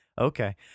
Okay